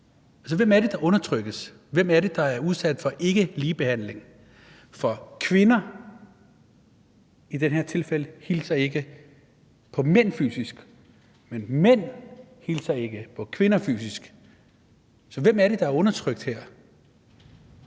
Hvem er det, der undertrykkes? Hvem er det, der bliver udsat for en ulige behandling? Kvinder hilser i det her tilfælde ikke fysisk på mænd, og mænd hilser ikke fysisk på kvinder, så hvem er det, der er undertrykt?